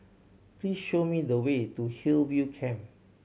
please show me the way to Hillview Camp